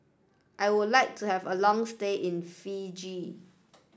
I would like to have a long stay in Fiji